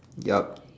yup